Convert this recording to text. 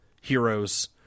Heroes